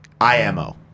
I'mo